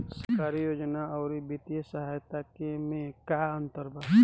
सरकारी योजना आउर वित्तीय सहायता के में का अंतर बा?